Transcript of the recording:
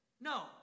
No